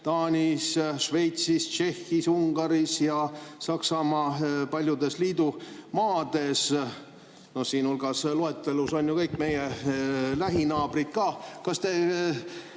Taanis, Šveitsis, Tšehhis, Ungaris ja Saksamaa paljudes liidumaades. No siin loetelus on ju kõik meie lähinaabrid ka. Kas te